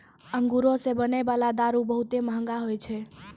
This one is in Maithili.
अंगूरो से बनै बाला दारू बहुते मंहगा होय छै